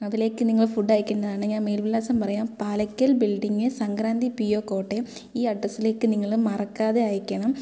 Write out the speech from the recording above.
അതിലേയ്ക്ക് നിങ്ങൾ ഫുഡ് അയക്കേണ്ടതാണ് ഞാൻ മേൽവിലാസം പറയാം Palakkal building Sankranthi P O Kottayam ഈ അഡ്രസ്സിലേയ്ക്ക് നിങ്ങൾ മറക്കാതെ അയയ്ക്കണം